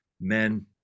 men